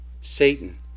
Satan